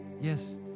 Yes